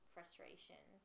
Frustration